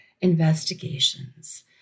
investigations